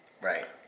Right